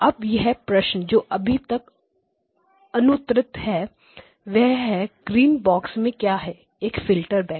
अब वह प्रश्न जो अभी तक अनुत्तरित है वह ग्रीन बॉक्स में क्या है एक फिल्टर बैंक